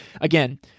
again